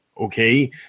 Okay